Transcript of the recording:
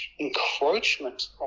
encroachment